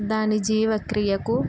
దాని జీవక్రియకు